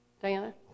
Diana